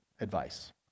advice